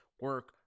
Work